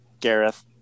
Gareth